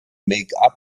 make